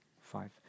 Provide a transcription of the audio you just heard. five